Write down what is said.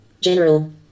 general